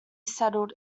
settled